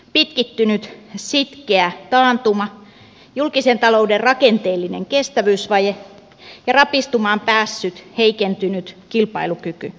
pitkittynyt sitkeä taantuma julkisen talouden rakenteellinen kestävyysvaje ja rapistumaan päässyt heikentynyt kilpailukyky